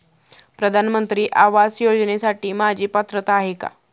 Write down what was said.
प्रधानमंत्री आवास योजनेसाठी माझी पात्रता आहे का?